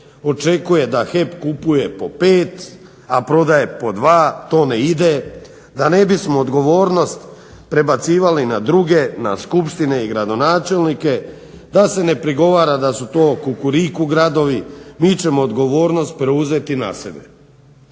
očekuje da HEP kupuje po 5, a prodaje po 2. To ne ide. Da ne bismo odgovornost prebacivali na druge na skupštine i na gradonačelnike, da se ne prigovara da su to kukuriku gradovi, mi ćemo odgovornost preuzeti na sebe.